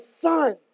Son